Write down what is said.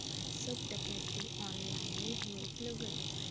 सब डकैती ऑनलाइने होए लगल